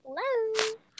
Hello